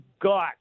got